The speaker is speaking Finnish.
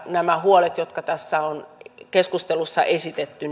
nämä huolet jotka tässä keskustelussa on esitetty